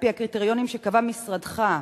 על-פי הקריטריונים שקבע משרדך,